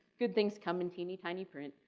good things come in teeny tiny print.